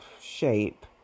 shape